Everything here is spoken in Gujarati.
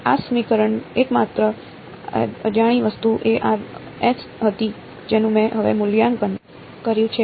આ સમીકરણમાં એકમાત્ર અજાણી વસ્તુ s હતી જેનું મેં હવે મૂલ્યાંકન કર્યું છે